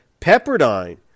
Pepperdine